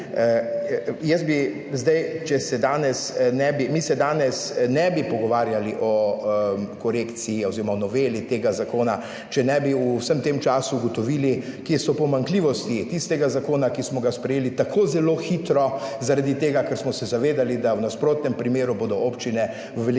mi se danes ne bi pogovarjali o korekciji oziroma o noveli tega zakona, če ne bi v vsem tem času ugotovili, kje so pomanjkljivosti tistega zakona, ki smo ga sprejeli tako zelo hitro zaradi tega, ker smo se zavedali, da v nasprotnem primeru bodo občine v velikanskih